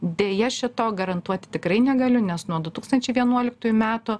deja šito garantuoti tikrai negaliu nes nuo du tūkstančiai vienuoliktųjų metų